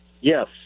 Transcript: Yes